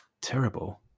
terrible